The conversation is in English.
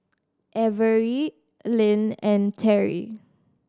Averie Lynn and Terry